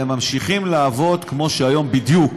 הם ממשיכים לעבוד כמו היום בדיוק,